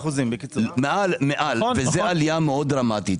וזו עלייה דרמטית.